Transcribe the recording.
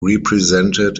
represented